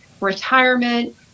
retirement